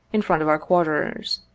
in front of our quarters.